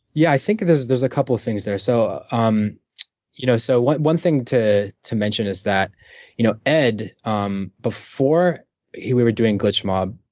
yeah i think there's there's a couple of things there. so um you know so one one thing to to mention is that you know ed, um before we were doing glitch mob,